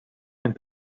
and